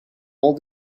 all